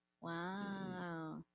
wow